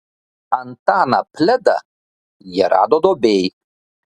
antaną pledą jie rado duobėj